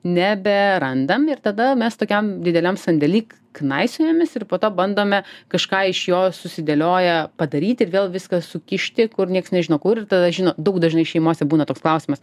neberandam ir tada mes tokiam dideliam sandėly knaisiojamės ir po to bandome kažką iš jo susidėlioję padaryti vėl viską sukišti kur nieks nežino kur tada žino daug dažnai šeimose būna toks klausimas